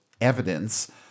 evidence